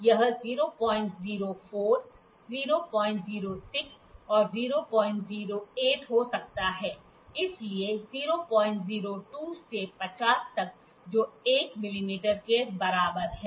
यह 004 006 और 008 हो सकता है इसलिए 002 से 50 तक जो 1 मिमी के बराबर है